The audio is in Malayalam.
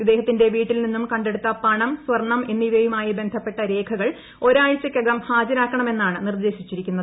ഇദ്ദേഹത്തിന്റെ വീട്ടിൽ നിന്നും കണ്ടെടുത്ത പണം സ്വർണം എന്നിവയുമായി ബന്ധപ്പെട്ട രേഖകൾ ഒരാഴ്ചയ്ക്കകം ഹാജരാക്കണമെന്നാണ് നിർദ്ദേശിച്ചിരിക്കുന്നത്